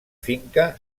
finca